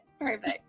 Perfect